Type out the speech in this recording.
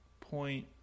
point